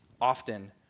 often